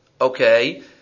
Okay